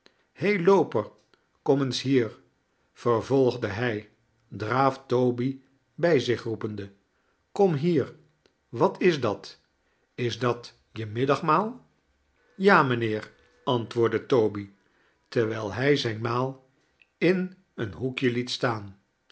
looper kom eens hier vervolgde hij draaf-toby bij zich roepende kom hier wat is dat is dat je middagmaal ja mijnheer antwoordde toby terwijl hij zijn maal in een hoekje liet staan